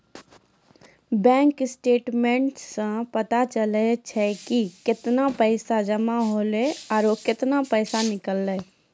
bank statements सें पता चलै छै कि कतै पैसा जमा हौले आरो कतै पैसा निकललै